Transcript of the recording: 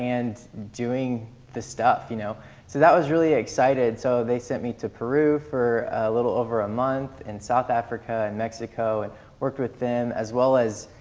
and doing the stuff, you know. so that was really exciting, so they sent me to peru for a little over a month, and south africa, and mexico, and worked with them as well as